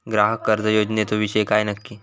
ग्राहक कर्ज योजनेचो विषय काय नक्की?